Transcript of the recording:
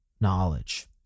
knowledge